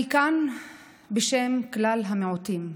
אני כאן בשם כלל המיעוטים,